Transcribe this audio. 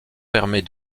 permet